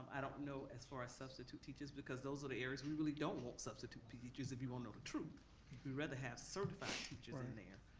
um i don't know as far as substitute teachers because those are the areas we really don't want substitute teachers if you want to know the truth. we'd rather have certified teachers in there.